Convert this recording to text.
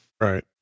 Right